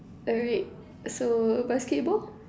alright so basketball